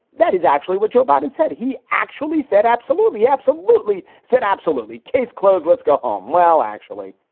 that is actually what joe biden said. he actually said. absolutely, absolutely said. absolutely. case closed. let's go home. well, actually,